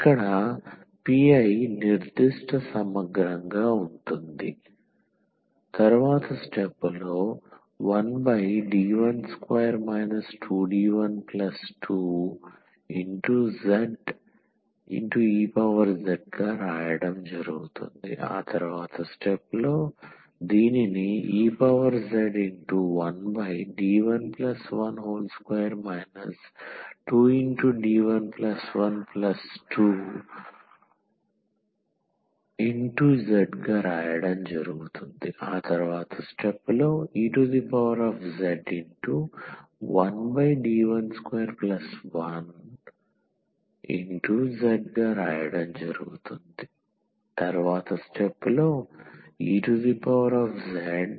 ఇక్కడ PI నిర్దిష్ట సమగ్రంగా ఉంటుంది 1D12 2D12zez ez1D112 2D112z ez1D121z ez1D12 1z zez xln x